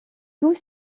tous